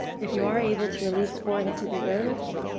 if you are able to release forehead to the earth,